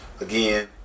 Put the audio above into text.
again